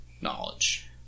Knowledge